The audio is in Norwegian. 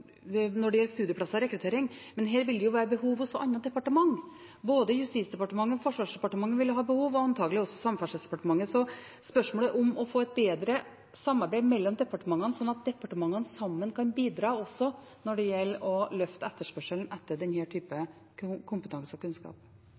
når det gjelder studieplasser og rekruttering, men her vil det jo være behov også hos andre departement. Både Justisdepartementet og Forsvarsdepartementet vil ha behov, og antagelig også Samferdselsdepartementet. Så spørsmålet er om en kan få et bedre samarbeid mellom departementene, slik at departementene sammen kan bidra, også når det gjelder å løfte etterspørselen etter